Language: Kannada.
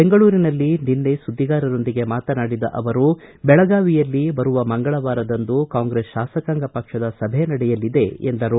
ಬೆಂಗಳೂರಿನಲ್ಲಿ ನಿನ್ನೆ ಸುದ್ದಿಗಾರರೊಂದಿಗೆ ಮಾತನಾಡಿದ ಅವರು ಬೆಳಗಾವಿಯಲ್ಲಿ ಬರುವ ಮಂಗಳವಾರದಂದು ಕಾಂಗ್ರೆಸ್ ಶಾಸಕಾಂಗ ಪಕ್ಷದ ಸಭೆ ನಡೆಯಲಿದೆ ಎಂದರು